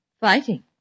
Fighting